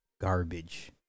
garbage